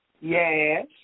Yes